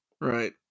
right